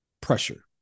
pressure